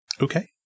Okay